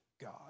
God